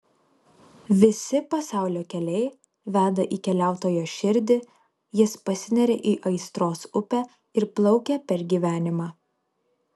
visi pasaulio keliai veda į keliautojo širdį jis pasineria į aistros upę ir plaukia per gyvenimą